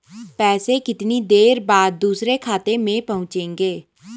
पैसे कितनी देर बाद दूसरे खाते में पहुंचेंगे?